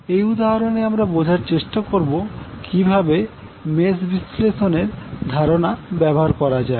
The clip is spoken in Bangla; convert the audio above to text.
এই উদাহরণে আমরা বোঝার চেষ্টা করব কিভাবে মেস বিশ্লেষণ এর ধারণা ব্যবহার করা যায়